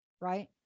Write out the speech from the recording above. right